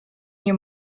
nie